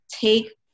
Take